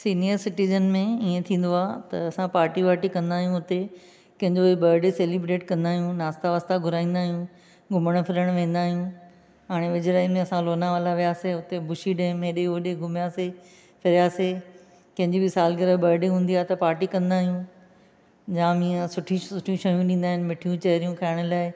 senior citizen में ईअं थींदो आहे त असां पाटी वाटी कंदा आहियूं उते कंहिंजो बडे सेलीब्रेट कंदा आहियूं नाश्ता वास्ता घुराईंदा आहियूं घुमणु फिरणु वेंदा आहियूं हाणे वेझिड़ाई में असां लोनावाला वियासीं उते बुशी डेम हेॾे होॾे घुमियासीं फिरियासीं कंहिंजी बि सालगिरह बडे हूंदी आहे त पाटी कंदा आहियूं जाम ईअं सुठी सुठी शयूं ॾींदा आहियूं मिठियूं चेरियूं खाइण लाइ